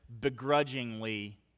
begrudgingly